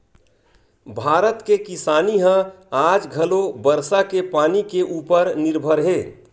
भारत के किसानी ह आज घलो बरसा के पानी के उपर निरभर हे